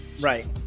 Right